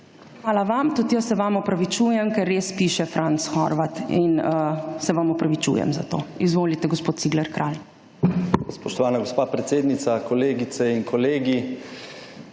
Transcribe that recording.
Hvala vam. Tudi jaz se vam opravičujem, ker res piše Franc Horvat, in se vam opravičujem za to. Izvolite, gospod Cigler Kralj.